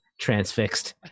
transfixed